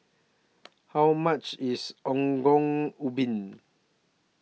How much IS Ongol Ubi